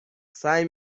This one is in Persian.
سعی